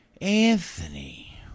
Anthony